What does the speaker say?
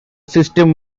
system